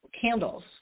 candles